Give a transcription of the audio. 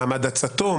מעמד עצתו,